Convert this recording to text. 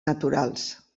naturals